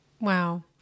Wow